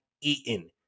eaten